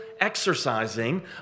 exercising